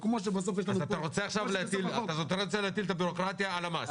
כמו שבסוף יש לנו --- אז אתה רוצה להטיל את הבירוקרטיה על המעסיק.